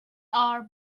are